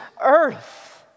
earth